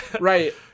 right